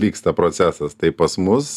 vyksta procesas tai pas mus